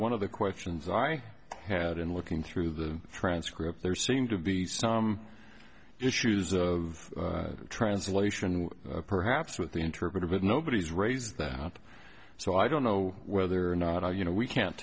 one of the questions i had and looking through the transcript there seemed to be some issues of translation and perhaps with the interpreter but nobody's raise that so i don't know whether or not i you know we can't